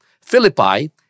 Philippi